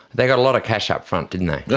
they got a lot of cash up front, didn't